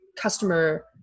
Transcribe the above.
customer